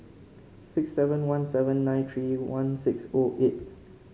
six seven one seven nine three one six O eight